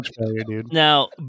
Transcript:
now